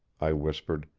i whispered,